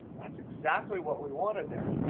that's exactly what we wanted there.